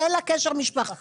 שאין לה קשר משפחתי?